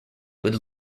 would